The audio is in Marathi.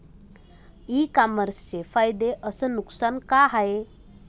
इ कामर्सचे फायदे अस नुकसान का हाये